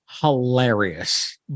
hilarious